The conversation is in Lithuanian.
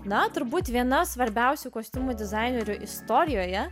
na turbūt viena svarbiausių kostiumo dizainerių istorijoje